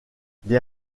des